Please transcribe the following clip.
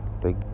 big